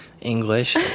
English